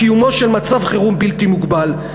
קיומו של מצב חירום בלתי מוגבל.